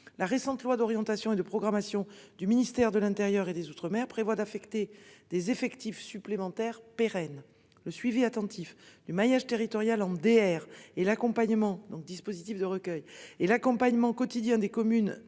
La récente loi d'orientation et de programmation du ministère de l'Intérieur et des Outre-mer prévoit d'affecter des effectifs supplémentaires pérennes. Le suivi attentif du maillage territorial en. Et l'accompagnement donc dispositifs